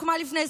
את נותנת לי,